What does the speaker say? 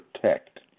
protect